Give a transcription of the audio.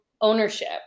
ownership